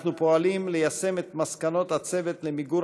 אנחנו פועלים ליישם את מסקנות הצוות למיגור